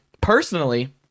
Personally